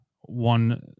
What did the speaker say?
one